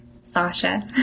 sasha